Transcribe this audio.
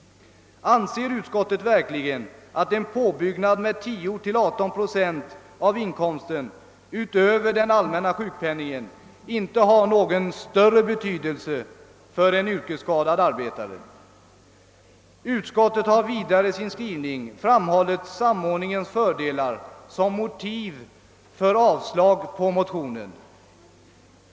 Anser utskottet verkligen att en påbyggnad med 10—18 procent av inkomsten utöver den allmänna sjukpenningen inte har någon större betydelse för en yrkesskadad arbetare? Utskottet har vidare i sin skrivning framhållit samordningens fördelar som motiv för sitt yrkande om avslag på motionen.